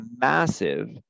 massive